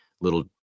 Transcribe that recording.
little